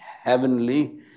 heavenly